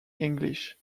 english